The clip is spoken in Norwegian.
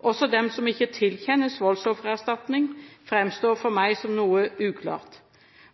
også for dem som ikke tilkjennes voldsoffererstatning, framstår for meg som noe uklart.